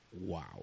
wow